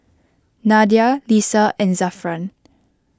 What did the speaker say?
Nadia Lisa and Zafran